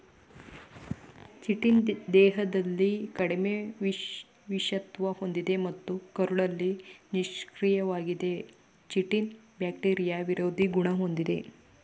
chitin ದೇಹದಲ್ಲಿ ಕಡಿಮೆ ವಿಷತ್ವ ಹೊಂದಿದೆ ಮತ್ತು ಕರುಳಲ್ಲಿ ನಿಷ್ಕ್ರಿಯವಾಗಿದೆ ಚಿಟಿನ್ ಬ್ಯಾಕ್ಟೀರಿಯಾ ವಿರೋಧಿ ಗುಣ ಹೊಂದಿದೆ